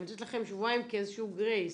אני נותנת לכם שבועיים כאיזשהו גרייס,